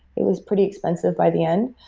it was pretty expensive by the end.